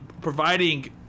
providing